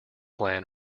plan